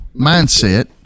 mindset